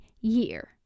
year